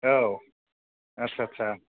औ आच्छा आच्छा